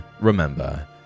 remember